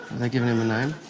they given him a name?